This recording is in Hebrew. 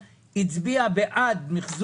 אבל להבדיל מנפגעי עבירה בדברים אחרים,